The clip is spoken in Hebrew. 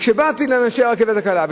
וכשבאתי לאנשי הרכבת הקלה,